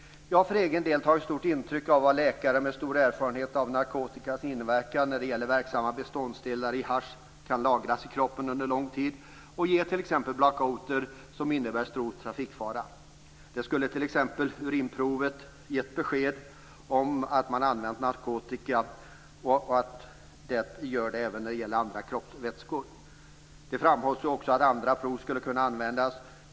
Jag har för egen del tagit stort intryck av vad läkare med stor erfarenhet av narkotikans inverkan säger när det gäller att verksamma beståndsdelar i hasch kan lagras i kroppen under lång tid och t.ex. medföra blackouter som innebär stor trafikfara. Ett urinprov skulle t.ex. kunna ge besked om att någon har använt narkotika. Och det handlar även om andra kroppsvätskor. Det framhålls att också andra prov skulle kunna användas.